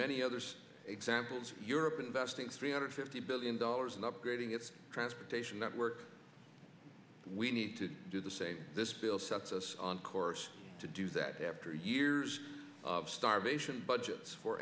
many others examples europe investing three hundred fifty billion dollars in upgrading its transportation network we need to do the same this bill sets us on course to do that after years of starvation budgets for